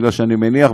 כי אני מניח,